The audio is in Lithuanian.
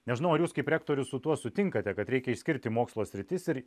nežinau ar jūs kaip rektorius su tuo sutinkate kad reikia išskirti mokslo sritis ir